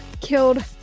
killed